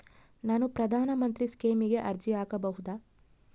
ನಾನು ಪ್ರಧಾನ ಮಂತ್ರಿ ಸ್ಕೇಮಿಗೆ ಅರ್ಜಿ ಹಾಕಬಹುದಾ?